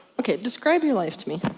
ok, describe your life to me.